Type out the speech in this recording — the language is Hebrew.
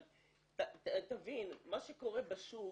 אבל תבין, מה שקורה בשוק